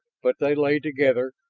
but they lay together,